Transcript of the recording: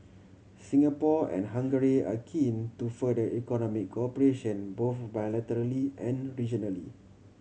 Singapore and Hungary are keen to further economic cooperation both bilaterally and regionally